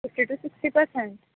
fifty to sixty percentage